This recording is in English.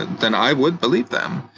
then i would believe them.